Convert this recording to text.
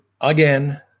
again